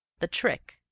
the trick,